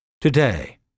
Today